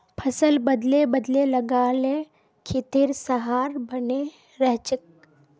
फसल बदले बदले लगा ल खेतेर सहार बने रहछेक